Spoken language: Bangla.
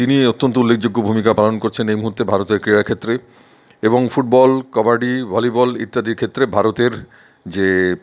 তিনি অত্যন্ত উল্লেখযোগ্য ভূমিকা পালন করছেন এই মুহুর্তে ভারতের ক্রীড়াক্ষেত্রে এবং ফুটবল কবাডি ভলিবল ইত্যাদির ক্ষেত্রে ভারতের যে